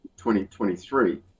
2023